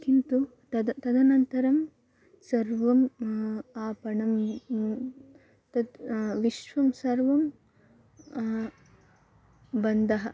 किन्तु तद् तदनन्तरं सर्वम् आपणं तत् विश्वं सर्वं बन्धः